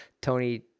tony